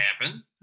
happen